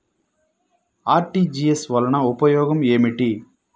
RTGS వలన ఉపయోగం ఏమిటీ?